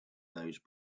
those